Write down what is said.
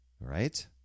Right